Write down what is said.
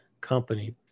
company